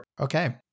Okay